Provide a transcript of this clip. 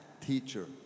teacher